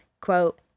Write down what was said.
quote